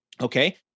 Okay